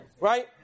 right